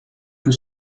joue